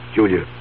Julia